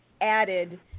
added